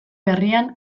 berrian